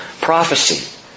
prophecy